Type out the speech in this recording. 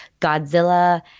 Godzilla